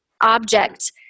object